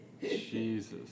Jesus